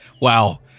wow